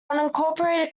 unincorporated